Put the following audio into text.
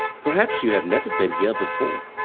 perhaps you have never been here before.